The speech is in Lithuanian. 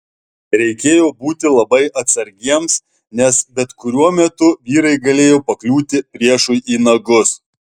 reikėjo būti labai atsargiems nes bet kuriuo metu vyrai galėjo pakliūti priešui į nagus